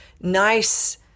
nice